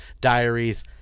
diaries